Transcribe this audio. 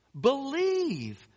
believe